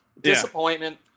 Disappointment